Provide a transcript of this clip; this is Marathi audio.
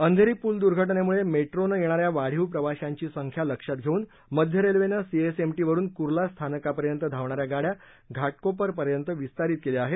अंधेरी पूल दूर्घटनेमुळे मेट्रोनं येणा या वाढीव प्रवाशांची संख्या लक्षात घेऊन मध्य रेल्वेनं सीएसएमटी वरुन कुर्ला स्थानकापर्यंत धावणा या गाड्या घाटकोपर पर्यंत विस्तारीत केल्या आहेत